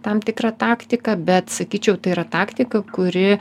tam tikrą taktiką bet sakyčiau tai yra taktika kuri